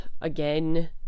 again